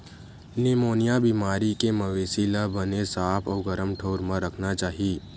pneumonia बेमारी के मवेशी ल बने साफ अउ गरम ठउर म राखना चाही